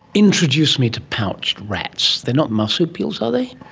introduce me to pouched rats. they're not marsupials, are they?